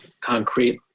concrete